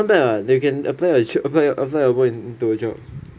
not bad what they can apply the chip~ apply apply the work into your job